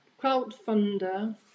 crowdfunder